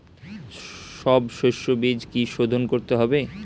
সব শষ্যবীজ কি সোধন করতে হবে?